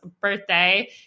birthday